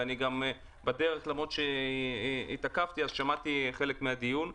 ולמרות שהתעכבתי שמעתי חלק מהדיון,